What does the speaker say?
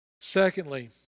secondly